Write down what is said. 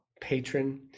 patron